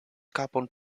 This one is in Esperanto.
kapon